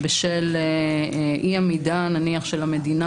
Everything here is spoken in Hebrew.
זה אומר שגם אם המידע נמצא אצלם,